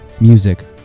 music